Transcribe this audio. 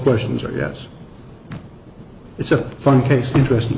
questions are yes it's a fun case interesting